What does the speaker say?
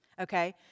Okay